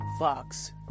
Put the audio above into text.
fox